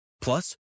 Plus